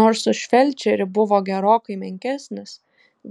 nors už felčerį buvo gerokai menkesnis